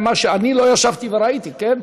אני לא ישבתי וראיתי, כן?